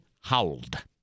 howled